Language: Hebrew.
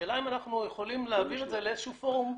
השאלה אם אנחנו יכולים להעביר את זה לאיזשהו פורום.